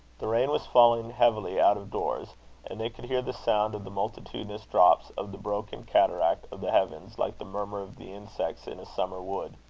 the rain was falling heavily out-of-doors and they could hear the sound of the multitudinous drops of the broken cataract of the heavens like the murmur of the insects in a summer wood.